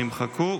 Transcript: לבקשת האופוזיציה.